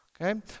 okay